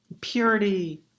purity